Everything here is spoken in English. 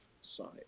side